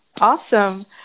awesome